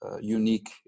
unique